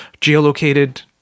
geolocated